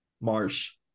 Marsh